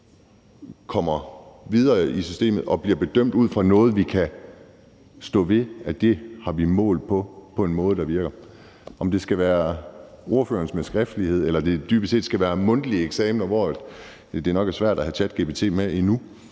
kommer videre i systemet og bliver bedømt ud fra noget, vi kan stå ved at vi har målt på på en måde, der virker. Om det skal være ordførerens måde med skriftlighed, eller om det dybest set skal være mundtlige eksamener, hvor det nok – endnu – er svært at have ChatGPT med, ved